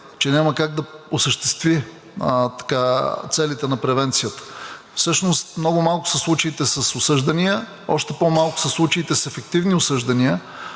че няма как да осъществи целите на превенцията. Всъщност много малко са случаите с осъждания, още по-малко са случаите с ефективни осъждания.